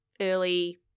early